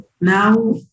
now